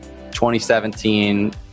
2017